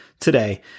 today